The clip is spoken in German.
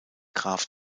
graf